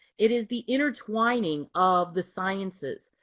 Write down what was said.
it is the intertwining of the sciences.